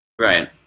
Right